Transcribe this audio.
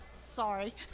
Sorry